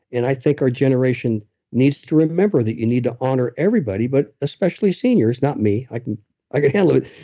and i think our generation needs to remember that you need to honor everybody, but especially seniors. not me, i can i can handle it.